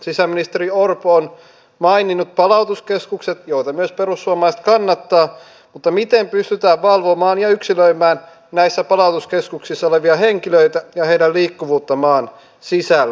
sisäministeri orpo on maininnut palautuskeskukset joita myös perussuomalaiset kannattaa mutta miten pystytään valvomaan ja yksilöimään näissä palautuskeskuksissa olevia henkilöitä ja heidän liikkuvuuttaan maan sisällä